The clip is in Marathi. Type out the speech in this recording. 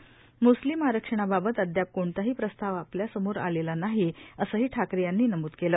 म्स्लीम आरक्षणाबाबत अदयाप कोणताही प्रस्ताव आपल्यासमोर आलेला नाही असंही ठाकरे यांनी नमूद केलं